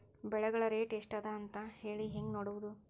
ಬೆಳೆಗಳ ರೇಟ್ ಎಷ್ಟ ಅದ ಅಂತ ಹೇಳಿ ಹೆಂಗ್ ನೋಡುವುದು?